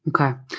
Okay